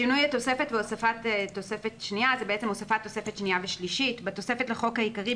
שינוי התוספת והוספת תוספת שנייה ושלישית בתוספת לחוק העיקרי,